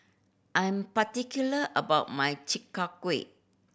I'm particular about my Chi Kak Kuih